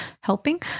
helping